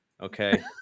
Okay